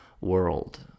world